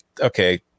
okay